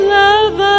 love